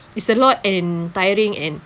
it's a lot and tiring and